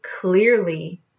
clearly